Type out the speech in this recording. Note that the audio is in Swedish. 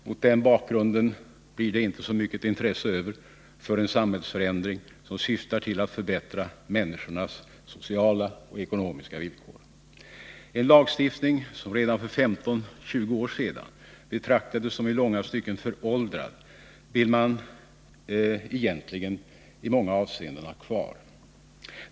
Mot den bakgrunden blir det inte så mycket intresse över för en samhällsförändring som syftar till att förbättra människornas sociala och ekonomiska villkor. En lagstiftning som redan för 15-20 år sedan betraktades som i långa stycken föråldrad vill man egentligen i många avseenden ha kvar.